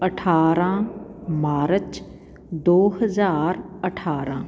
ਅਠਾਰ੍ਹਾਂ ਮਾਰਚ ਦੋ ਹਜ਼ਾਰ ਅਠਾਰ੍ਹਾਂ